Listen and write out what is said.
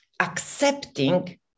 accepting